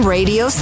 Radio